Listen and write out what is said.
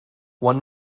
one